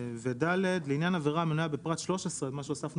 (ד) לעניין עבירה המנויה בפרט 13 לתוספת